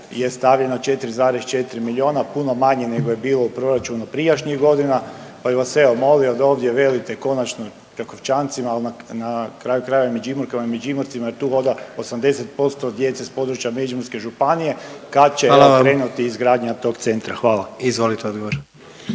je stavljeno 4,4 milijuna puno manje nego je bilo u proračunu prijašnjih godina pa bi vas evo molio da ovdje velite konačno Prekovčancima al na kraju krajeva i Međimurkama i Međimurcima jer hoda 80% djece s područja Međimurske županije …/Upadica predsjednik: Hvala vam./… Kad